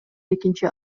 экинчи